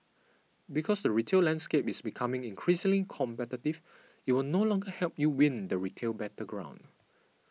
because the retail landscape is becoming increasingly competitive it will no longer help you win the retail battleground